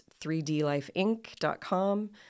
3dlifeinc.com